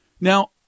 Now